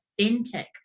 authentic